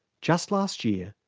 just last year,